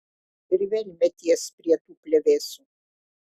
ir vėl meties prie tų plevėsų